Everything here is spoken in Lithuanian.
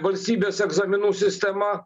valstybės egzaminų sistema